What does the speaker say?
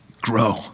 grow